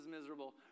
miserable